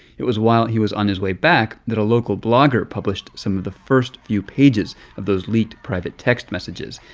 it was while he was on his way back that a local blogger published some of the first few pages of those leaked private text messages.